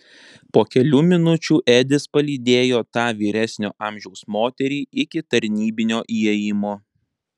po kelių minučių edis palydėjo tą vyresnio amžiaus moterį iki tarnybinio įėjimo